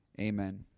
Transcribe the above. amen